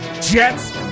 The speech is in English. Jets